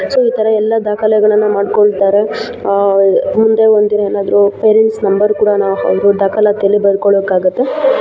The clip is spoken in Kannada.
ಸೊ ಈ ಥರ ಎಲ್ಲ ದಾಖಲೆಗಳನ್ನ ಮಾಡಿಕೊಳ್ತಾರೆ ಮುಂದೆ ಒಂದಿನ ಏನಾದರೂ ಪೇರೆಂಟ್ಸ್ ನಂಬರ್ ಕೂಡನಾ ಅವ್ರು ದಾಖಲಾತಿಯಲ್ಲಿ ಬರ್ಕೊಳೋಕಾಗುತ್ತೆ